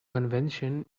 convention